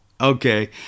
okay